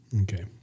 Okay